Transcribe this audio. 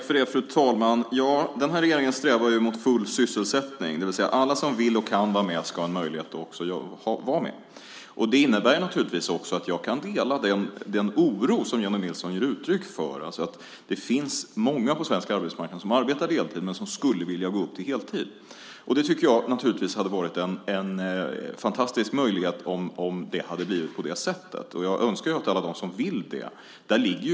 Fru talman! Den här regeringen strävar mot full sysselsättning, det vill säga att alla som vill och kan vara med också ska ha möjlighet till det. Jag kan naturligtvis dela den oro som Jennie Nilsson ger uttryck för. Det finns många på den svenska arbetsmarknaden som arbetar deltid men skulle vilja gå upp till heltid. Det vore givetvis fantastiskt om det blev på det sättet. Jag önskar att alla som vill ska ha den möjligheten.